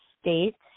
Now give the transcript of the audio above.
States